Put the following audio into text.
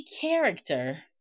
character